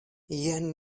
jen